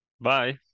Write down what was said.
Bye